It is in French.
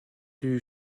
rue